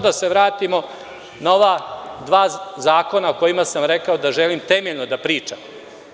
Da se vratimo na ova dva zakona o kojima sam rekao da želim temeljno da pričam.